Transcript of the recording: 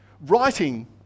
Writing